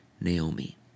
Naomi